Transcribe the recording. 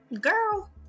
girl